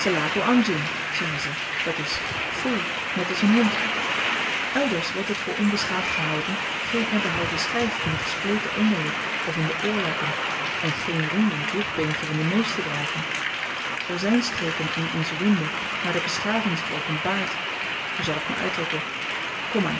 andjing zeggen ze d i foei net als n hond elders wordt het voor onbeschaafd gehouden geen ebbenhouten schyf in de gespleten onderlip of in de oorlappen en geen ring in t jukbeentje van den neus te dragen er zyn streken in insulinde waar de beschaving zich openbaart hoe zal ik my uitdrukken komaan